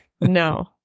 no